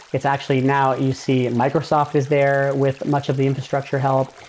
it's actually now you see microsoft is there with much of the infrastructure help.